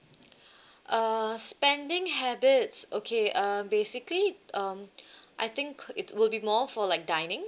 uh spending habits okay uh basically um I think it would be more for like dining